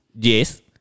Yes